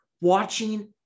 watching